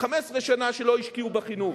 15 שנה שלא השקיעו בחינוך.